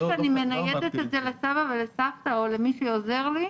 זה שאני מניידת את זה לסבא או לסבתא או למי שעוזר לי,